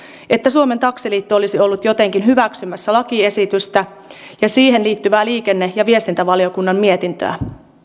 että suomen taksiliitto olisi ollut jotenkin hyväksymässä lakiesitystä ja siihen liittyvää liikenne ja viestintävaliokunnan mietintöä